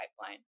pipeline